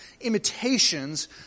imitations